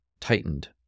tightened